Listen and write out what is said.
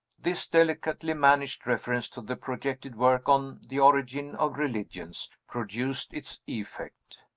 this delicately managed reference to the projected work on the origin of religions produced its effect.